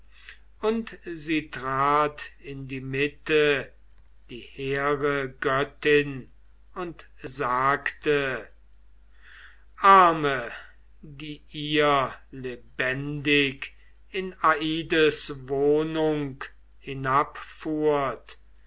und sie trat in die mitte die hehre göttin und sagte arme die ihr lebendig in aides wohnung